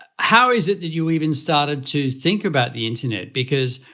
how is it that you even started to think about the internet, because,